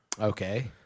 Okay